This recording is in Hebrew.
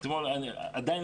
איך הם יגיעו?